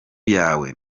yawe